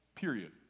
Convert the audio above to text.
period